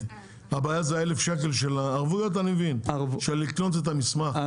הבעיה היא האלף שקל של קניית המסמכים?